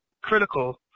critical